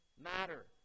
matter